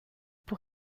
pour